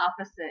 opposite